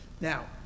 Now